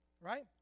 right